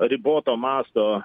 riboto masto